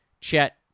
Chet